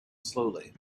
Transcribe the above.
slowly